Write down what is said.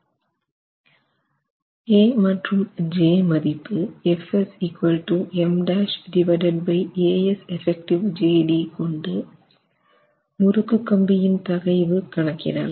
k மற்றும் j மதிப்பு கொண்டு முறுக்கு கம்பியின் தகைவு கணக்கிடலாம்